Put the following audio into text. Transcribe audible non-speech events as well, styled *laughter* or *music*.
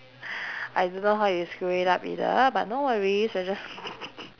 I don't know how you screw it up either but no worries we're just *noise*